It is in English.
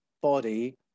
body